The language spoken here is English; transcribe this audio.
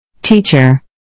Teacher